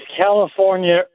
california